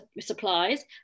supplies